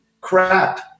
crap